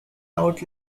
out